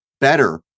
better